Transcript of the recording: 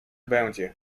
będzie